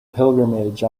pilgrimage